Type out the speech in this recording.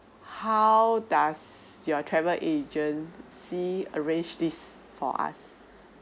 how does your travel agency arrange this for us